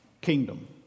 kingdom